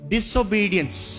Disobedience